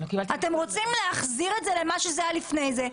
אתם רוצים להחזיר את זה למה שזה היה לפני זה?